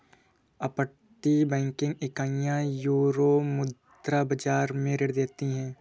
अपतटीय बैंकिंग इकाइयां यूरोमुद्रा बाजार में ऋण देती हैं